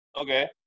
Okay